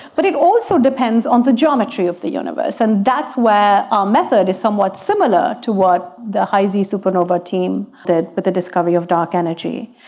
but it also depends on the geometry of the universe, and that's where our method is somewhat similar to what the high-z supernova team did with the discovery of dark energy.